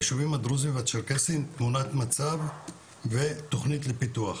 ביישובי הדרוזים והצ'רקסים-תמונת מצב ותוכניות לפיתוח.